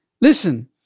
Listen